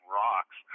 rocks